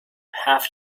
have